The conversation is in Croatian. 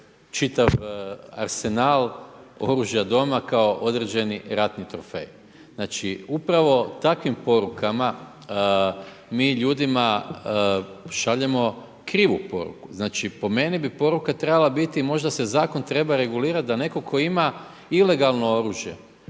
čitav arsenal oružja doma kao određeni ratni trofej. Znači, upravo takvim porukama mi ljudima šaljemo krivu poruku. Znači po meni bi poruka trebala biti možda se zakon treba regulirati da netko tko ima ilegalno oružje